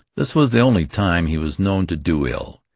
this was the only time he was known to do ill,